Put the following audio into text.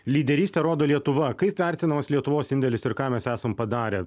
lyderystę rodo lietuva kaip vertinamas lietuvos indėlis ir ką mes esam padarę